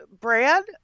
Brad